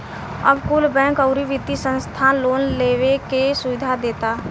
अब कुल बैंक, अउरी वित्तिय संस्था लोन लेवे के सुविधा देता